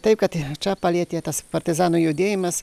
taip kad ir čia palietė tas partizanų judėjimas